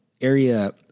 area